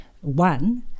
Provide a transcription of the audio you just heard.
one